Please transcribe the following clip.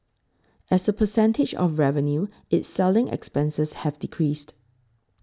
as a percentage of revenue its selling expenses have decreased